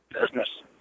business